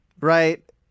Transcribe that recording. right